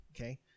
okay